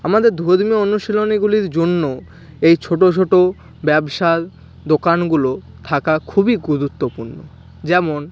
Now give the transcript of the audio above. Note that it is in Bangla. আমাদের ধর্মীয় অনুশীলনীগুলির জন্য এই ছোটো ছোটো ব্যবসার দোকানগুলো থাকা খুবই গুরুত্বপূর্ণ যেমন